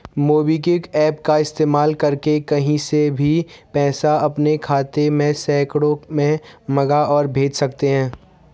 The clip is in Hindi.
मोबिक्विक एप्प का इस्तेमाल करके कहीं से भी पैसा अपने खाते में सेकंडों में मंगा और भेज सकते हैं